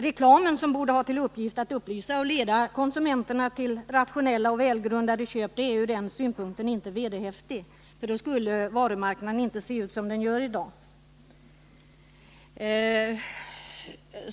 Reklamen, som borde ha till uppgift att upplysa och leda konsumenterna till rationella och välgrundade köp, är ur den synpunkten inte vederhäftig — för i så fall skulle varumarknaden inte se ut som den gör i dag.